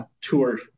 tour